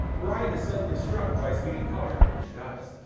brian is suddenly struck by a speeding car and dies.